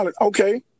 okay